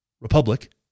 republic